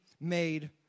made